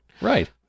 Right